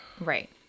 Right